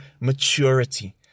maturity